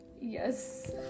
Yes